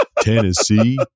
Tennessee